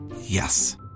Yes